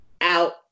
out